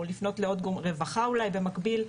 או לרווחה אולי במקביל,